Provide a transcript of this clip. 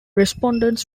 respondents